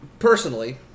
Personally